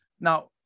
Now